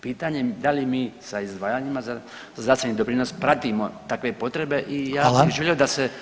Pitanje je da li mi sa izdvajanjima za zdravstveni doprinos pratimo takve potrebe i ja bi želio da se